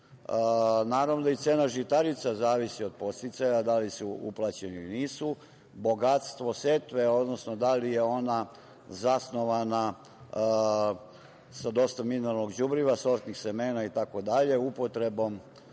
period. Naravno da i cena žitarica zavisi od podsticaja da li su uplaćeni ili nisu. Bogatstvo setve, odnosno da li je ona zasnovana sa dosta mineralnog đubriva, sortnih semena itd. upotrebom